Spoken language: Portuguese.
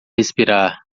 respirar